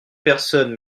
personne